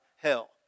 hell